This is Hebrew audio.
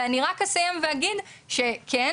ואני רק אסיים ואגיד שכן,